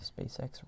SpaceX